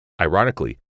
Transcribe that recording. Ironically